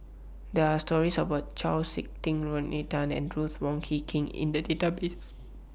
There Are stories about Chau Sik Ting Rodney Tan and Ruth Wong Hie King in The Database